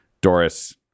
Doris